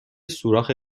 سوراخ